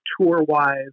tour-wise